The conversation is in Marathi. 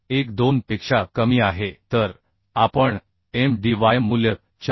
12 पेक्षा कमी आहे तर आपण m d y मूल्य 4